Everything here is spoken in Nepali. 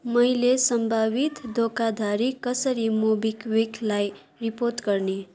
मैले सम्भावित धोखाधडी कसरी मोबिक्विकलाई रिपोर्ट गर्ने